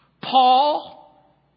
Paul